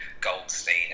Goldstein